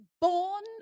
born